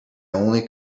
only